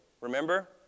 Remember